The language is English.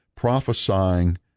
prophesying